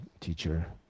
teacher